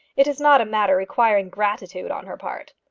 it is not a matter requiring gratitude on her part.